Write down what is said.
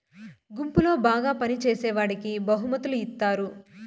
గుంపులో బాగా పని చేసేవాడికి బహుమతులు ఇత్తారు